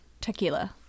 tequila